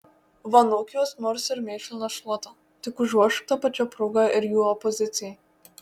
vanok juos nors ir mėšlina šluota tik užvožk ta pačia proga ir jų opozicijai